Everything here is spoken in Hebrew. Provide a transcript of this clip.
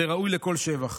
זה ראוי לכל שבח.